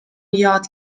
یاد